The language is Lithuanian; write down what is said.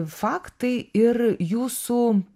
faktai ir jūsų